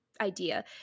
idea